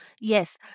Yes